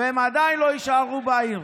והם עדיין לא יישארו בעיר.